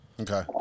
Okay